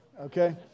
okay